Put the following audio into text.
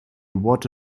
what